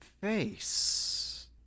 face